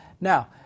Now